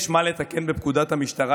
יש מה לתקן בפקודת המשטרה,